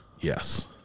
Yes